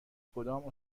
کدام